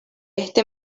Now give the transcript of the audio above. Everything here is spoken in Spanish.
este